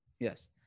Yes